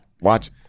Watch